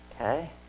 Okay